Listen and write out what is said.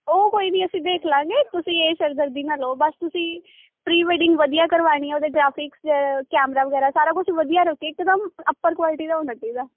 ਉਹ ਕੋਈ ਨਹੀਂ ਅਸੀਂ ਦੇਖ ਲਵਾਂਗੇ ਤੁਸੀਂ ਇਹ ਸਿਰਦਰਦੀ ਨਾ ਲਓ ਬਸ ਤੁਸੀਂ ਪ੍ਰੀ ਵੈਡਿੰਗ ਵਧੀਆ ਕਰਵਾਣੀ ਉਹਦੇ ਗ੍ਰਾਫਿਕਸ ਕੈਮਰਾ ਵਗੈਰਾ ਸਾਰਾ ਕੁਝ ਵਧੀਆ ਰੁਕੇ ਇਕਦਮ ਅਪਰ ਕੁਆਲਿਟੀ ਦਾ ਹੋਣਾ ਚਾਹੀਦਾ